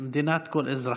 מדינת כל אזרחיה.